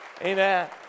Amen